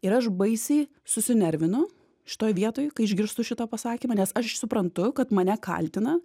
ir aš baisiai susinervinu šitoj vietoj kai išgirstu šitą pasakymą nes aš suprantu kad mane kaltina